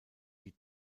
die